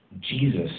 Jesus